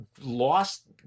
lost